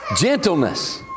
Gentleness